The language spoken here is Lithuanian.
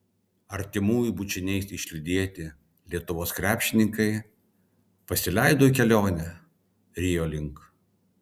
artimųjų bučiniais išlydėti lietuvos krepšininkai pasileido į kelionę rio link